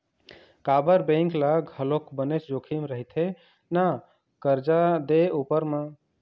काबर बेंक ल घलोक बनेच जोखिम रहिथे ना करजा दे उपर म